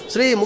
Sri